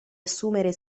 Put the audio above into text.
assumere